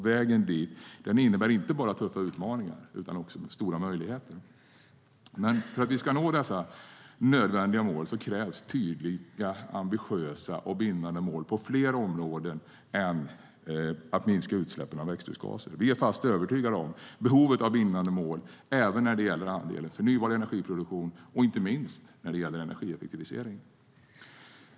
Vägen dit innebär inte bara tuffa utmaningar utan också stora möjligheter. För att vi ska nå dessa nödvändiga mål krävs det tydliga, ambitiösa och bindande mål på fler områden än att minska utsläppen av växthusgaser. Vi är fast övertygade om behovet av bindande mål även när det gäller andelen förnybar energiproduktion och inte minst, när det gäller energieffektivisering.